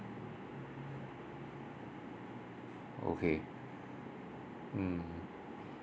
okay mm